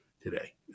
today